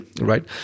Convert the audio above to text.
right